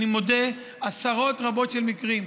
אני מודה, עשרות רבות של מקרים,